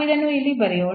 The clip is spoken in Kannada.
ನಾವು ಇದನ್ನು ಇಲ್ಲಿ ಬರೆಯೋಣ